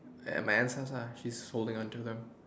at my aunt's house ah she is holding onto them